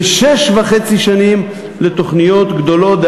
ושש וחצי שנים לתוכניות גדולות,